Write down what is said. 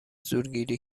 زورگیری